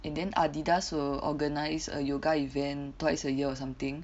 and then Adidas will organise a yoga event twice a year or something